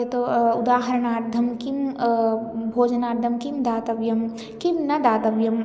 यतो उदाहरणार्थं किं भोजनार्थं किं दातव्यं किं न दातव्यम्